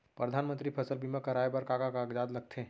परधानमंतरी फसल बीमा कराये बर का का कागजात लगथे?